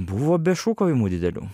buvo be šūkavimų didelių